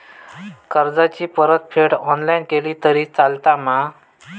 कर्जाची परतफेड ऑनलाइन केली तरी चलता मा?